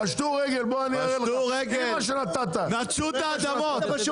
פשטו רגל, נטשו את האדמות.